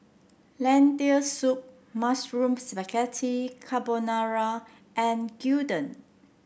Lentil Soup Mushroom Spaghetti Carbonara and Gyudon